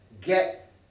get